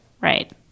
right